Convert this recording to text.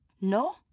no